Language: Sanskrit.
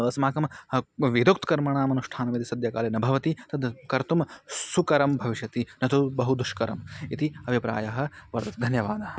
अस्माकं वेदोक्तं कर्माणामनुष्ठानं यदि सद्यः कार्यं न भवति तद् कर्तुं सुकरं भविष्यति न तु बहु दुष्करं यदि अभिप्रायः वर्तते धन्यवादाः